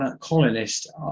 colonists